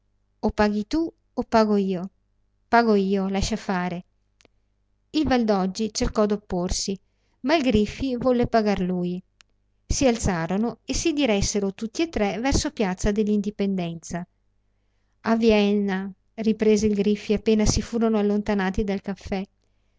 o paghi tu o pago io pago io lascia fare il valdoggi cercò d'opporsi ma il griffi volle pagar lui si alzarono e si diressero tutti e tre verso piazza dell'indipendenza a vienna riprese il griffi appena si furono allontanati dal caffè